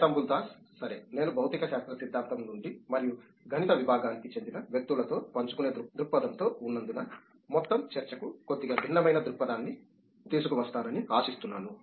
శేతంబుల్ దాస్ సరే నేను భౌతిక శాస్త్ర సిద్ధాంతం నుండి మరియు గణిత విభాగానికి చెందిన వ్యక్తులతో పంచుకునే దృక్పథంతో ఉన్నందున మొత్తం చర్చకు కొద్దిగా భిన్నమైన దృక్పథాన్ని తీసుకువస్తానని ఆశిస్తున్నాను